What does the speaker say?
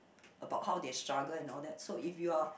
about how they struggle and all that so if you are